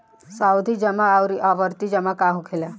सावधि जमा आउर आवर्ती जमा का होखेला?